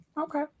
Okay